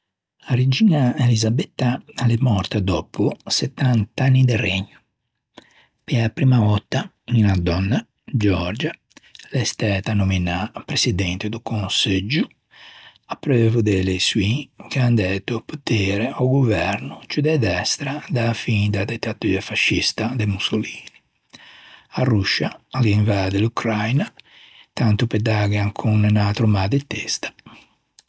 A regiña Elisabetta a l'é mòrta dòppo settant'anni de regno. Pe-a primma vòtta, unna dònna, Giòrgia, l'é stæta nominâ presidente do conseggio, apreuvo à de eleçioin che an dæto o potere a-o governo ciù de destra da-a fin da dittatua fascista de Mussolini. A Ruscia a l'invadde l'Ucraina, tanto pe dâghe ancon un atro mâ de testa.